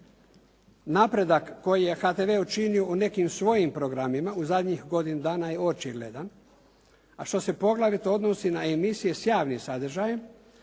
Napredak koji je HTV učinio u nekim svojim programima u zadnjih godinu dana je očigledan, a što se poglavito odnosi na emisije s javnim sadržajem